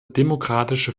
demokratische